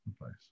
place